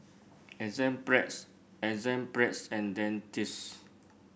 Enzyplex Enzyplex and Dentiste